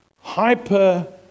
hyper